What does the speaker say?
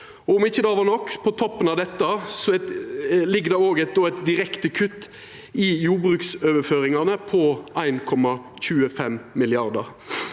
På toppen av dette ligg det òg eit direkte kutt i jordbruksoverføringane på 1,25 mrd.